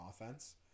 offense